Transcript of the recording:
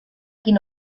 quin